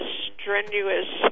strenuous